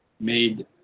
made